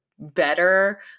Better